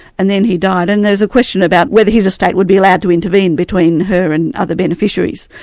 and then he died. and there's a question about whether his estate would be allowed to intervene between her and other beneficiaries.